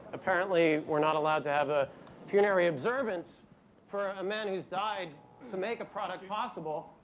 apparently, we're not allowed to have a funerary observance for a man who's died to make a product possible.